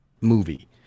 movie